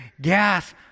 gas